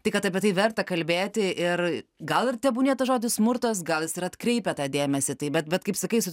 tai kad apie tai verta kalbėti ir gal ir tebūnie tas žodis smurtas gal jis ir atkreipia dėmesį tai bet bet kaip sakai su